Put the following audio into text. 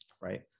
right